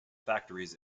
factories